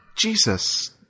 Jesus